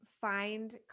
find